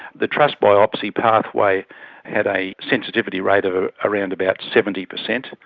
the trus biopsy pathway had a sensitivity rate of ah around about seventy percent,